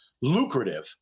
lucrative